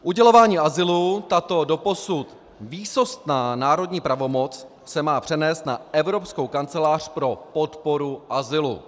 Udělování azylu, tato doposud výsostná národní pravomoc, se má přenést na Evropskou kancelář pro podporu azylu.